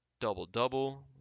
double-double